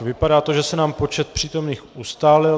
Vypadá to, že se nám počet přítomných ustálil.